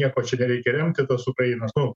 nieko čia nereikia remti tos ukrainos nu